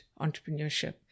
entrepreneurship